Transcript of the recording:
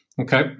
Okay